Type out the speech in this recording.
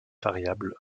variables